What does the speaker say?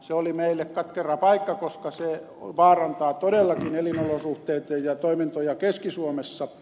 se oli meille katkera paikka koska se vaarantaa todellakin elinolosuhteita ja toimintoja keski suomessa